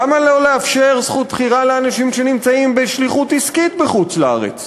למה לא לאפשר זכות בחירה לאנשים שנמצאים בשליחות עסקית בחוץ-לארץ,